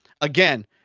again